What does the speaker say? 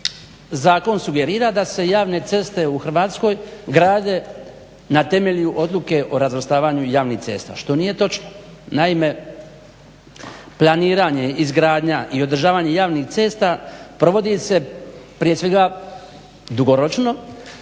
zakon sugerira da se javne ceste u Hrvatskoj grade na temelju odluke o razvrstavanju javnih cesta, što nije točno. Naime, planiranje, izgradnja i održavanje javnih cesta provodi se prije svega dugoročno